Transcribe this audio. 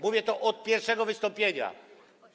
Mówię to od pierwszego wystąpienia.